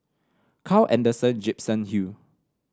Carl Alexander Gibson Hill